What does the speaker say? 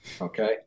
Okay